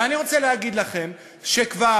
ואני רוצה להגיד לכם שכבר,